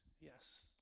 yes